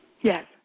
Yes